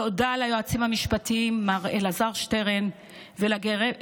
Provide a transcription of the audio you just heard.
תודה ליועצים המשפטיים, מר אלעזר שטרן וגב'